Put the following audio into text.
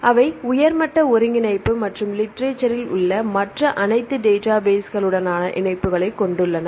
அவை உயர் மட்ட ஒருங்கிணைப்பு மற்றும் லிட்ரேசரில் உள்ள மற்ற அனைத்து டேட்டாபேஸ்களுடனான இணைப்புகளைக் கொண்டுள்ளன